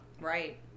Right